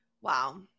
Wow